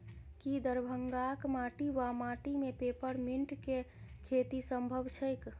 की दरभंगाक माटि वा माटि मे पेपर मिंट केँ खेती सम्भव छैक?